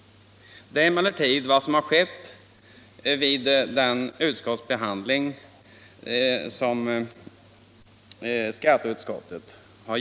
Det är emellertid vad som skett vid behandlingen i skatteutskottet.